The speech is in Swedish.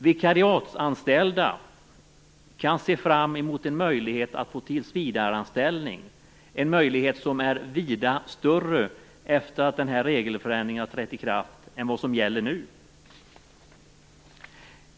Vikariatsanställda kan se fram emot en möjlighet att få tillsvidareanställning, en möjlighet som är vida större sedan den här regeländringen har trätt i kraft än vad den är nu.